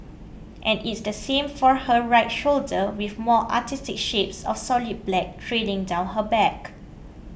and is the same for her right shoulder with more artistic shapes of solid black trailing down her back